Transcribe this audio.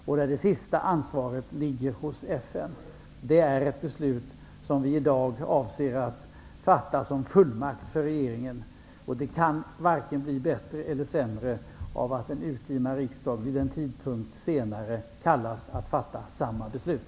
Och det sista ansvaret ligger hos FN. Det är ett beslut som vi i dag avser att fatta som fullmakt för regeringen. Det kan varken bli bättre eller sämre av att en urtima riksdag vid en senare tidpunkt kallas att fatta samma beslut.